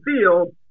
field